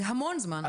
זה המון זמן.